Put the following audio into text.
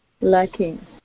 lacking